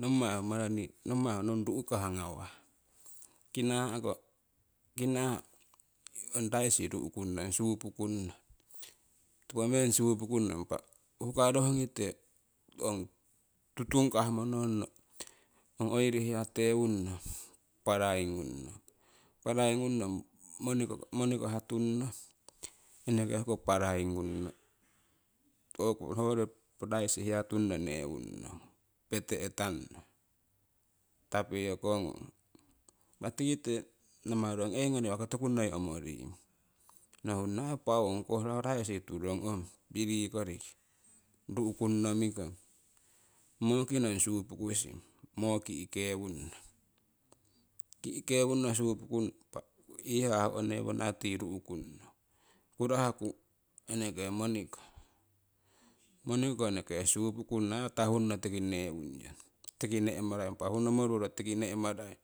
Nommai ho mara nii nommai onnong ru'kah ngawha, kinaahko' kinaah ong raisi ru'kunnong supukunnong topo meng supukunno impa hukaroh ngite ong tutung'kah mononno ong oiri hiyatewunno paraigungnnong pariigungno moniko haatunno eneke hoko paraiyingunno hoyori raisi hiyatunno neewunnong, petehtanno tapiokogung, impa tikite namarong hey nonni wako tokuu noi omoring nohurungnong aii pau ongkoh raisi ong koho turong piri koriki ruuhkungno miikong moorkinong supukusing moo ki'kewunno ki'kewunno suupukunno impa ihhaa hohneewunno tii ru'kunno kurahku eneke moniko, monikoko eneke supukunno atahunno tiki neewunyong tiki nehmarai honnomoruro tiki nehmaria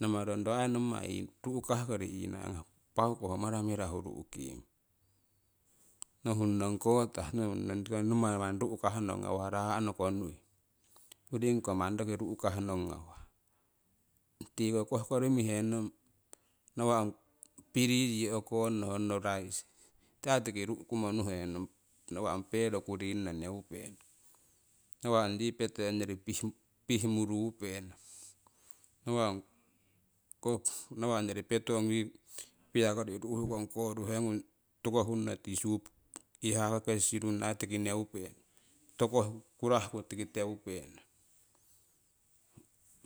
namarong ro ai nommai ruuhkahkori eenahkangh pauko ho mara mirahu ru'king, nohunnong kotah nohunnong tiko nii nomongmai mani ruhkah nong nawah raahnoko nui urigniiko manni ru'kaha nong ngawah tiko kohkori mehenong nawa' ong piri yii ukongno honno raisi aii tiki ru'kummo nuhennong, nawa' ong pero kuringno neupenong nawa' ong yii peteh ongyori piih murupenong, nawa' ong koh nawa' ongori petu piakori ru'hukong kooruhignung tukohunno tii suup iihaako kesi sirunno aii tiki neupenong tokohku kurahuku tiki teupennong